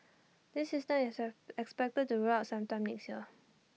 this system is expected to be rolled out sometime next year